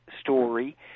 story